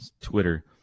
Twitter